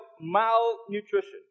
malnutrition